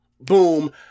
boom